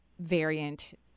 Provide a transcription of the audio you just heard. variant